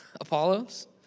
Apollos